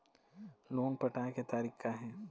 Loan पटाए के तारीख़ का हे?